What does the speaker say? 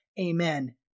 Amen